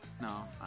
No